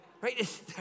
right